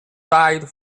died